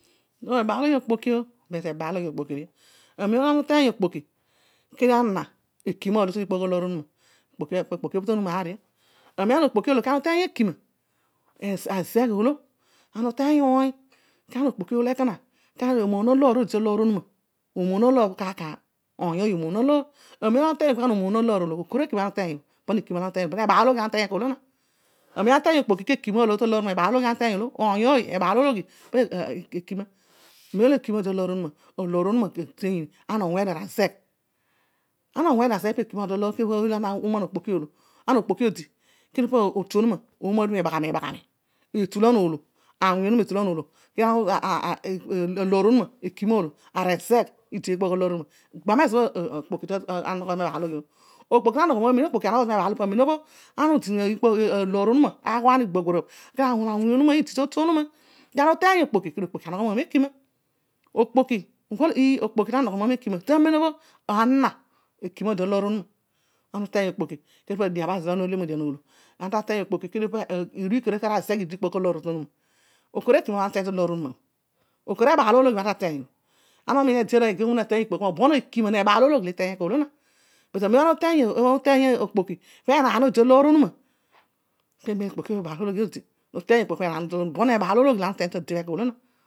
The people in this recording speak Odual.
Feiy okpoki, amem lo ana uteiy okpoki ō kana na gine roiy mo okpoki opobhō, okpoki onuma anaruo. Ana okpoki oolo kana uteiy ekima, ezegh oolo, ana uteiy awuny. oiy ōoy omoon aloōr. Amem ana uteiy okpoki ko omōon aloor oolo, ko okoro okpoki bha ana uteiy ō, okoro ekima bhana uteiy o, ebaal ologhi ōolō na oiy ooy ebaal ologhi, amem ekima odi talōor onuma, aloor onuma adeiy ni. Amem ana onuse dio mezegh po ekima odi taloor onuma ana okpoki odi kidio pooma lōor onuma arazegh arazegh, etulan ōolo, awuny onuma etulan ōolō, aloor onuma ekina ōolo, arazegh, gbamezo but amem obho ana odi riikpoogh aloor o tonuma, ana ughani gbagbarabh, aruuny onuma ighua ni kana uteiy okpoki okpoki na neghe gha tamen olor ana ekima odi ta loor onuma. Ana uteiy okpoki kedio arazegh idi taloor onuma ana umiin ede aroiy iteiy okpoki obho ebaalologhi ōolo na ana uteiy okpoki okhaan odi taloor onumaa, bon ebaalologhi lo uteiy ta de bho ōolona erol oyiin esi pezo ami umiin ōbhō.